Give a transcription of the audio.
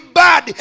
bad